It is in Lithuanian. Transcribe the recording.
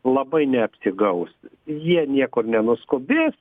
labai neapsigaus jie niekur nenuskubės